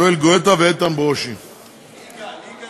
יואל גואטה ואיתן ברושי בנושא: מניעת פיטוריהם